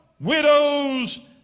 widows